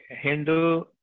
hindu